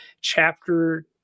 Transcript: chapter